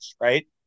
right